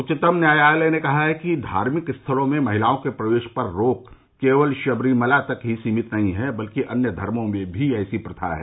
उच्चतम न्यायालय ने कहा है कि धार्मिक स्थलों में महिलाओं के प्रवेश पर रोक केवल शबरीमला तक ही सीमित नहीं है बल्कि अन्य धर्मो में भी ऐसी प्रथा है